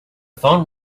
phone